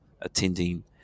attending